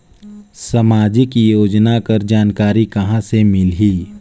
समाजिक योजना कर जानकारी कहाँ से मिलही?